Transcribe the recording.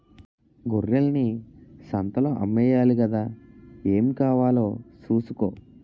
గొర్రెల్ని సంతలో అమ్మేయాలి గదా ఏం కావాలో సూసుకో